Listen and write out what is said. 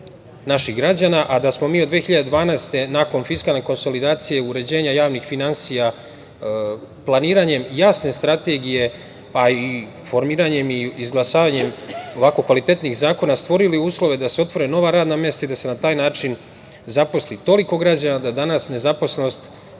naših građana, a da smo mi od 2012. godine, nakon fiskalne konsolidacije i uređenja javnih finansija, planiranjem jasne strategije, pa i formiranjem i izglasavanjem ovako kvalitetnih zakona stvorili uslove da se otvore nova radna mesta i da se na taj način zaposli toliko građana da je danas nezaposlenost